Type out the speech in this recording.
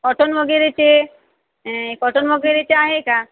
cotton वगैरेचे cotton वगैरे चे आहे का